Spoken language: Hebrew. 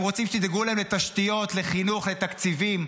הם רוצים שתדאגו להם לתשתיות, לחינוך, לתקציבים.